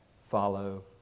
follow